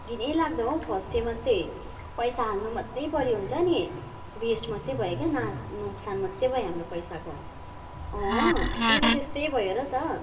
घिनैलाग्दो हो फँसे मात्रै पैसा हाल्नु मात्रै पऱ्यो हुन्छ नि वेस्ट मात्रै भयो क्या नाक नोक्सान मात्रै भयो हाम्रो पैसाको अँ त्यही त त्यस्तै भयो र त